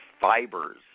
fibers